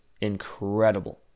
incredible